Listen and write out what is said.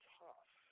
tough